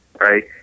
right